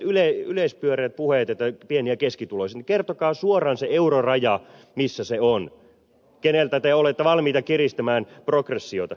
semmoiset yleispyöreät puheet että pieni ja keskituloiset kertokaa suoraan se euroraja missä se on keneltä te olette valmiita kiristämään progressiota